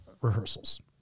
rehearsals